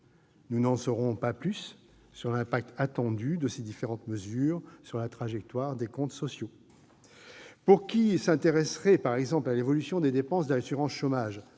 Nous n'en saurons pas plus sur l'impact attendu de ces différentes mesures sur la trajectoire des comptes sociaux ... Pour qui s'intéresserait, par exemple, à l'évolution des dépenses d'assurance chômage-